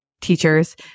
teachers